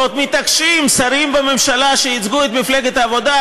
ועוד מתעקשים שרים בממשלה שייצגו את מפלגת העבודה,